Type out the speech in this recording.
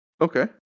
Okay